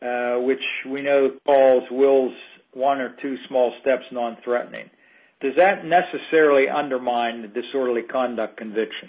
which we know falls wills one or two small steps nonthreatening does that necessarily undermine the disorderly conduct conviction